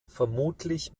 vermutlich